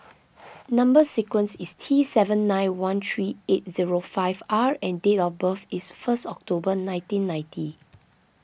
Number Sequence is T seven nine one three eight zero five R and date of birth is first October nineteen ninety